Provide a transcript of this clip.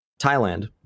Thailand